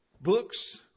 books